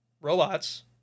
robots